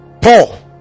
Paul